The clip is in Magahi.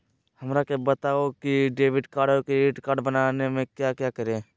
हमरा के बताओ की डेबिट कार्ड और क्रेडिट कार्ड बनवाने में क्या करें?